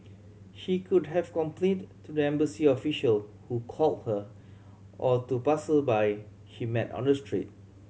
she could have complained to the embassy official who called her or to passersby she met on the street